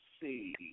see